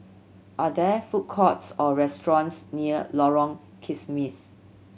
are there food courts or restaurants near Lorong Kismis